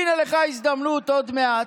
הינה לך הזדמנות, עוד מעט,